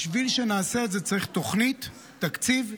בשביל שנעשה את זה צריך תוכנית, תקציב ויעדים.